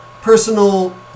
personal